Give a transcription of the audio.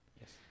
Yes